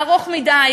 ארוך מדי,